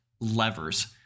levers